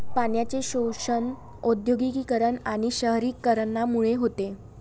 पाण्याचे शोषण औद्योगिकीकरण आणि शहरीकरणामुळे होते